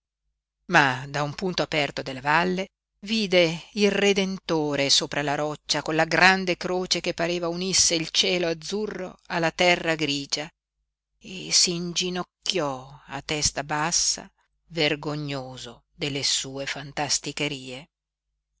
ma da un punto aperto della valle vide il redentore sopra la roccia con la grande croce che pareva unisse il cielo azzurro alla terra grigia e s'inginocchiò a testa bassa vergognoso delle sue fantasticherie